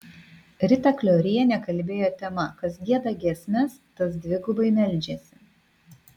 rita kliorienė kalbėjo tema kas gieda giesmes tas dvigubai meldžiasi